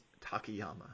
Takayama